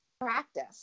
practice